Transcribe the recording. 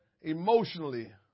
emotionally